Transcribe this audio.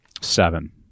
Seven